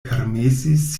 permesis